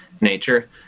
nature